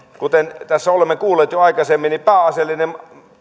kuten tässä olemme kuulleet jo aikaisemmin niin pääasiallinen